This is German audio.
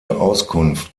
auskunft